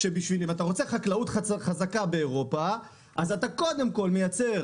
שאם אתה רוצה חקלאות חזקה באירופה אז אתה קודם כול מייצר